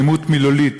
אלימות מילולית,